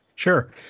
Sure